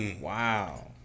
Wow